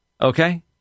okay